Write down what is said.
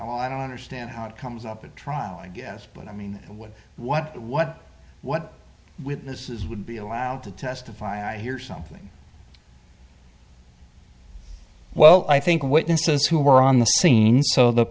as i don't understand how it comes up at trial i guess but i mean what what what what with this is would be allowed to testify i hear something well i think witnesses who were on the scene so th